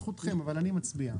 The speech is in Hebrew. זכותכם אבל אני מצביע.